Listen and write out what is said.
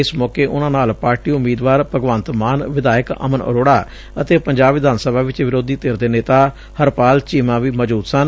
ਇਸ ਮੌਕੇ ਉਨੂਾ ਨਾਲ ਪਾਰਟੀ ਊਮੀਦਵਾਰ ਭਗਵੰਤ ਮਾਨ ਵਿਧਾਇਕ ਅਮਨ ਅਰੋੜਾ ਅਤੇ ਪੰਜਾਬ ਵਿਧਾਨ ਸਭਾ ਵਿਚ ਵਿਰੋਧੀ ਧਿਰ ਦੇ ਨੇਤਾ ਹਰਪਾਲ ਚੀਮਾ ਵੀ ਮੌਜੁਦ ਸਨ